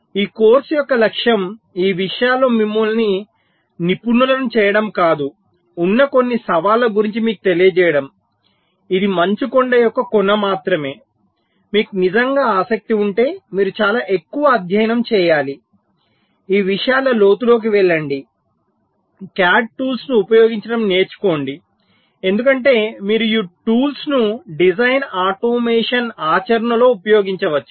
ఈ కోర్సు యొక్క లక్ష్యం ఈ విషయాలలో మిమ్మల్ని నిపుణులను చేయడం కాదు ఉన్న కొన్ని సవాళ్ళ గురించి మీకు తెలియజేయడం ఇది మంచుకొండ యొక్క కొన మాత్రమే మీకు నిజంగా ఆసక్తి ఉంటే మీరు చాలా ఎక్కువ అధ్యయనం చేయాలి ఈ విషయాల లోతులోకి వెళ్ళండి CAD టూల్స్ ను ఉపయోగించడం నేర్చుకోండి ఎందుకంటే మీరు ఈ టూల్స్ ను డిజైన్ ఆటోమేషన్ ఆచరణలో ఉపయోగించవచ్చు